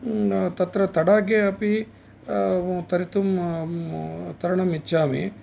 तत्र तडागे अपि तर्तुं तरणम् इच्छामि